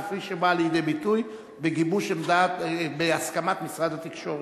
כפי שבאה לידי ביטוי בהסכמת משרד התקשורת.